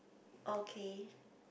okay